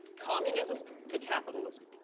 communism to capitalism,